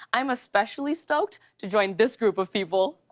i'm especially stoked to join this group of people.